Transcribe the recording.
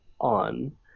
on